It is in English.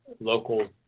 local